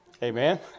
Amen